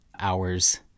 hours